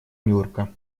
нюрка